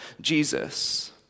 Jesus